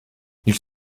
ils